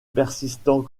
persistant